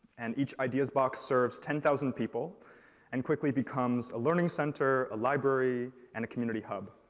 and each ideas box serves ten thousand people and quickly becomes a learning center, a library, and a community hub.